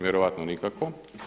Vjerojatno nikako.